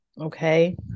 okay